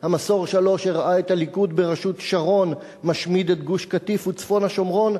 "המסור 3" הראה את הליכוד בראשות שרון משמיד את גוש-קטיף וצפון השומרון,